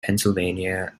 pennsylvania